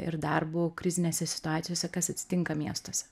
ir darbu krizinėse situacijose kas atsitinka miestuose